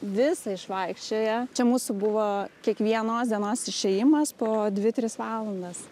visą išvaikščioję čia mūsų buvo kiekvienos dienos išėjimas po dvi tris valandas